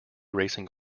racing